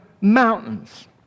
mountains